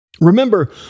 Remember